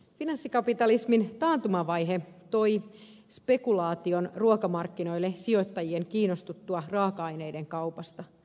finanssikapitalismin taantumavaihe toi spekulaation ruokamarkkinoille sijoittajien kiinnostuttua raaka aineiden kaupasta